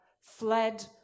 fled